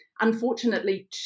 unfortunately